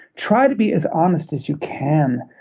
try to be as honest as you can.